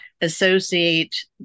associate